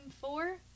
Four